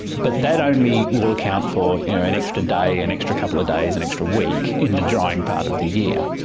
but that only will account for you know an extra day, an extra couple of days, an and extra week in the drying part of the year.